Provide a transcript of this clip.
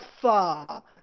far